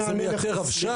זה מייתר רבש"ץ?